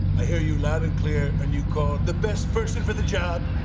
i hear you loud and clear and you called the best person for the job.